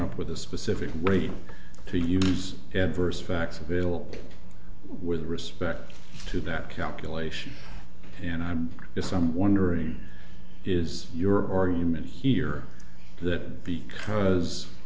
up with a specific way to use adverse facts available with respect to that calculation and i'm just i'm wondering is your argument here that because